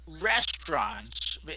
restaurants